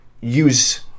use